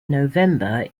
november